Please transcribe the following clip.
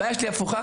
הבעיה שלי הפוכה,